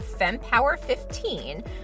FEMPOWER15